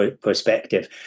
perspective